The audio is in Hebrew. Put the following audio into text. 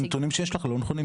הנתונים שיש לך לא נכונים,